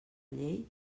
llei